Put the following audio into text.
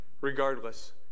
Regardless